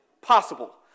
possible